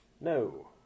No